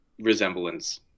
resemblance